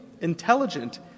intelligent